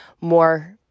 more